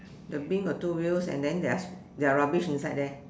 the bin got two wheels and then there are there are rubbish inside there